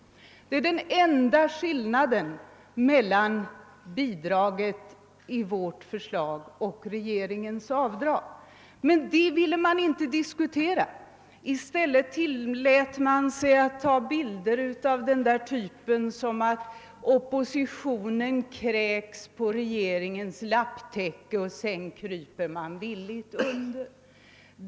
Det är den enda skillnaden mellan bidraget enligt vårt förslag och regeringens avdrag. Men det ville man inte diskutera, utan man tillät sig i stället att komma med sådana bilder som att oppositionen kräks på regeringens lapptäcke för att sedan villigt krypa under.